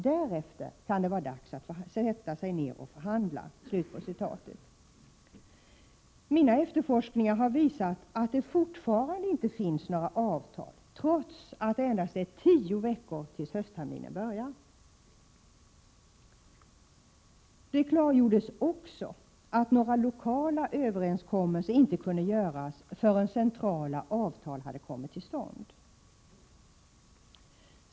Därefter kan det vara dags att sätta sig ner och förhandla.” Mina forskningar har visat att det fortfarande inte finns några avtal, trots att det endast är tio veckor tills höstterminen börjar. Det klargjordes också att några lokala överenskommelser inte kunde göras förrän centrala avtal kommit till stånd.